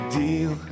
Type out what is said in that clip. deal